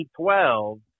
2012